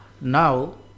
Now